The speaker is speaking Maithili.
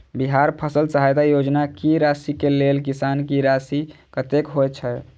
बिहार फसल सहायता योजना की राशि केँ लेल किसान की राशि कतेक होए छै?